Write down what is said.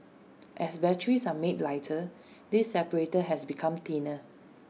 as batteries are made lighter this separator has become thinner